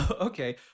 Okay